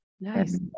nice